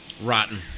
Rotten